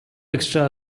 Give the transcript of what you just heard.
extra